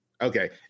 Okay